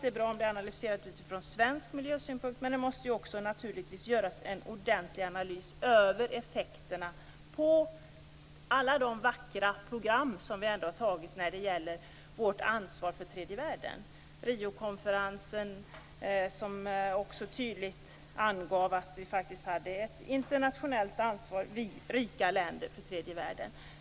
Det är bra om den analyseras från svensk miljösynpunkt, men det måste naturligtvis också göras en ordentlig analys av effekterna på alla de vackra program som vi har tagit när det gäller vårt ansvar för tredje världen. Riokonferensen angav tydligt att vi i de rika länderna har ett internationellt ansvar för tredje världen.